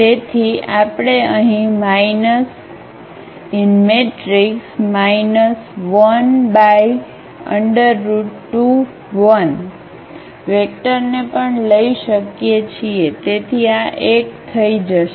તેથી આપણે અહીં 12 1 વેક્ટરને પણ લઈ શકીએ છીએ તેથી આ 1 થઈ જશે